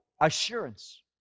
assurance